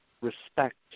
respect